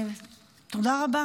תודה רבה.